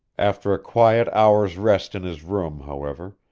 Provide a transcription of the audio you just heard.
after a quiet hour's rest in his room, however,